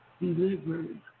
delivered